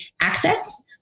access